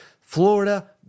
Florida